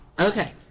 okay